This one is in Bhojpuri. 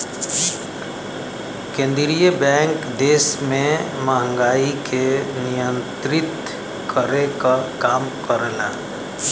केंद्रीय बैंक देश में महंगाई के नियंत्रित करे क काम करला